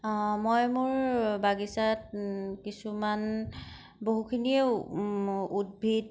মই মোৰ বাগিচাত কিছুমান বহুখিনিয়েই উদ্ভিদ